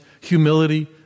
humility